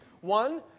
one